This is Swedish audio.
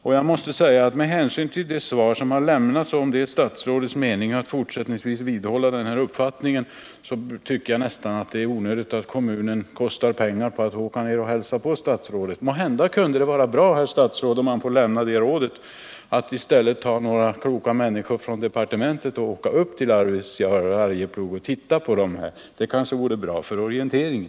Om det är statsrådets mening att fortsättningsvis vidhålla den uppfattning som kommer till stånd i svaret tycker jag nästan att det är onödigt att kommunen lägger ned pengar på att åka ned och hälsa på statsrådet. Måhända kunde det vara bra, herr statsråd — om jag får ge det rådet — att i stället låta några kloka människor från departementet åka upp till Arvidsjaur och Arjeplog och titta på det hela. Det kanske vore bra för orienteringen.